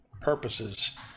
purposes